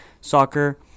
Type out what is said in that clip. soccer